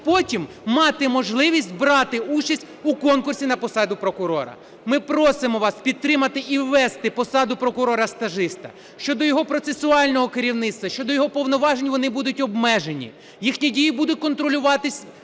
потім мати можливість брати участь у конкурсі на посаду прокурора. Ми просимо вас підтримати і ввести посаду прокурора-стажиста. Щодо його процесуального керівництва, щодо його повноважень, вони будуть обмежені, їхні дії будуть контролювати